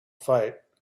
fight